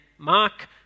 Mark